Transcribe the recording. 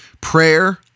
Prayer